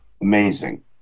amazing